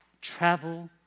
travel